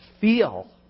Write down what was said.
feel